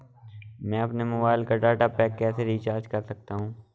मैं अपने मोबाइल का डाटा पैक कैसे रीचार्ज कर सकता हूँ?